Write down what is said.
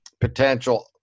potential –